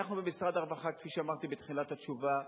כפי שאמרתי בתחילת התשובה,